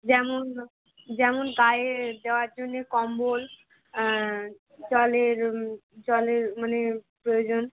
যেমন যেমন গায়ে দেওয়ার জন্যে কম্বল জলের জলের মানে প্রয়োজন